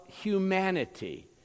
humanity